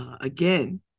again